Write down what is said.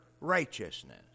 righteousness